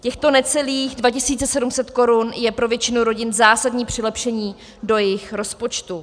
Těchto necelých 2 700 korun je pro většinu rodin zásadní přilepšení do jejich rozpočtu.